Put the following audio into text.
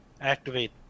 activate